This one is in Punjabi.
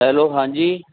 ਹੈਲੋ ਹਾਂਜੀ